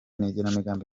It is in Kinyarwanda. n’igenamigambi